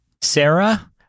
Sarah